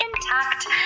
intact